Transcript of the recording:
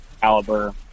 caliber